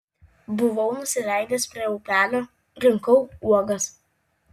buvau nusileidęs prie upelio rinkau uogas